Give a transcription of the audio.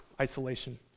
isolation